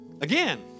again